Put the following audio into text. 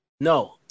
No